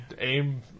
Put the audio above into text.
aim